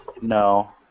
No